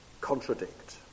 contradict